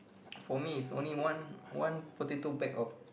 for me is only one one potato bag of